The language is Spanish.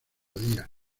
día